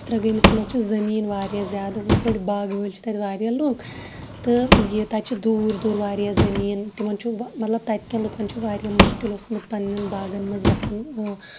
ژِترَاگٲمَس مَنٛز چھُ زمیٖن واریاہ زیادٕ ہُتھ پٲٹھۍ باغہٕ وٲلۍ چھِ تَتہِ واریاہ لُکھ تہٕ یہِ تَتہِ چھِ دوٗر دوٗر واریاہ زمین تِمَن چھُ مَطلَب تتہِ کٮ۪ن لُکَن چھُ واریاہ مُشکِل اوسمُت پَننٮ۪ن باغَن مَنٛز گَژھان